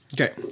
Okay